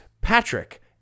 Patrick